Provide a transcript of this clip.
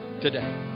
today